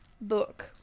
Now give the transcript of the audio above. book